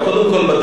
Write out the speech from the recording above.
קודם כול,